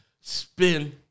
spin